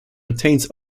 retains